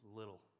little